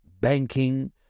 banking